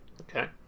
Okay